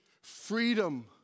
freedom